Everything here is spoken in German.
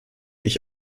ich